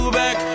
back